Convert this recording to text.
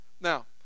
Now